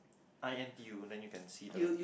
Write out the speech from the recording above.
I N_T_U then you can see the